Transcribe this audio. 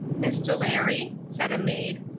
miss delary? said a maid,